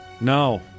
No